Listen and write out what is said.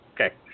Okay